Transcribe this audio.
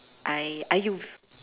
I I_U